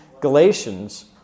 Galatians